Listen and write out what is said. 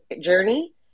journey